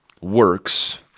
works